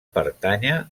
pertànyer